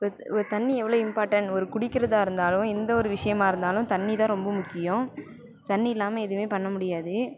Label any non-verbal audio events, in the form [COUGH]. [UNINTELLIGIBLE] தண்ணி எவ்வளோ இம்பார்ட்டன் ஒரு குடிக்கிறதாக இருந்தாலும் எந்த ஒரு விஷயமா இருந்தாலும் தண்ணி தான் ரொம்ப முக்கியம் தண்ணி இல்லாமல் எதுவுமே பண்ண முடியாது